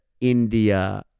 India